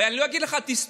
ואני לא אגיד לך תסתום.